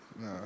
no